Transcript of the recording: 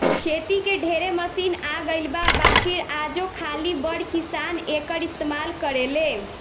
खेती के ढेरे मशीन आ गइल बा बाकिर आजो खाली बड़ किसान एकर इस्तमाल करेले